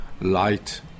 light